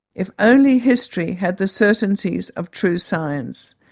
if only history had the certainties of true science.